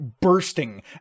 bursting